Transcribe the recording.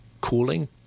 cooling